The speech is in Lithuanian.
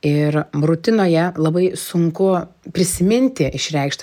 ir rutinoje labai sunku prisiminti išreikšt